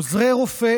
עוזרי רופא